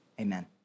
Amen